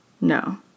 No